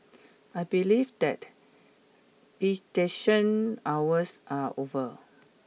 I believe that visitation hours are over